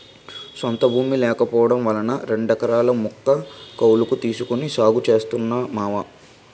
సొంత భూమి లేకపోవడం వలన రెండెకరాల ముక్క కౌలకు తీసుకొని సాగు చేస్తున్నా మావా